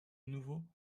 nouveau